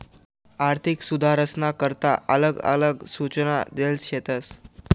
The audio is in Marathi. आर्थिक सुधारसना करता आलग आलग सूचना देल शेतस